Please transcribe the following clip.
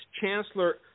Chancellor